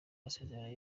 amasezerano